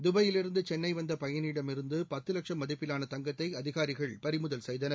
துபாயிலிருந்துசென்னைந்தபயணியிடமிருந்துபத்துலட்சம் மதிப்பிலான தங்கத்தைஅதிகாரிகள் பறிமுதல் செய்தனர்